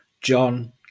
John